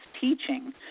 teaching